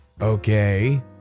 Okay